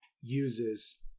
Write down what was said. uses